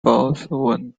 aroused